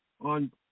on